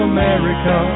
America